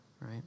right